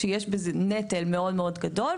שיש בזה נטל מאוד מאוד גדול,